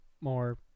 more